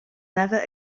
never